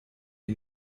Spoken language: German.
die